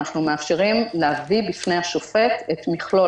אנחנו מאפשרים להביא בפני השופט את מכלול